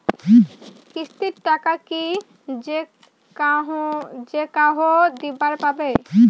কিস্তির টাকা কি যেকাহো দিবার পাবে?